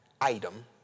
item